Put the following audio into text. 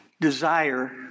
desire